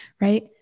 right